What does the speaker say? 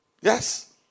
Yes